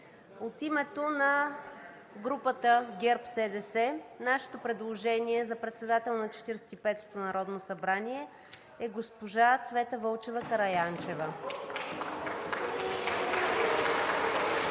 От името на групата ГЕРБ-СДС – нашето предложение за председател на Четиридесет и петото народно събрание е госпожа Цвета Вълчева Караянчева.